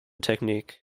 technique